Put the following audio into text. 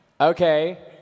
Okay